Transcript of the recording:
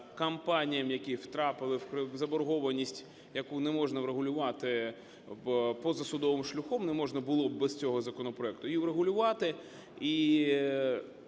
компаніям, які втрапили в заборгованість, яку неможна врегулювати позасудовим шляхом, не можна було б без цього законопроекту